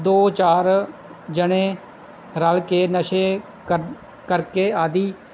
ਦੋ ਚਾਰ ਜਣੇ ਰਲ ਕੇ ਨਸ਼ੇ ਕਰ ਕਰਕੇ ਆਦਿ